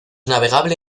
navegable